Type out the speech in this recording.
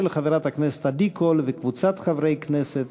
של חברת הכנסת עדי קול וקבוצת חברי הכנסת.